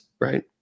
right